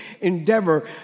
endeavor